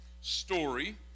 story